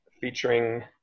featuring